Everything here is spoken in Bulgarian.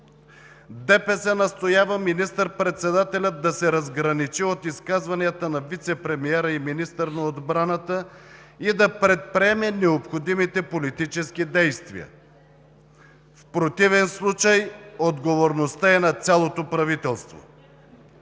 настоява министър председателят да се разграничи от изказванията на вицепремиера и министър на отбраната и да предприеме необходимите политически действия. В противен случай отговорността е на цялото правителство.